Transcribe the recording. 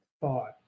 thought